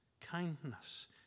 kindness